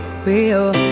real